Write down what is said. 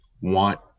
want